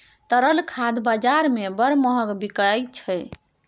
तरल खाद बजार मे बड़ महग बिकाय छै